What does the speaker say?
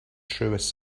truest